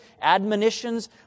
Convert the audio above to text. admonitions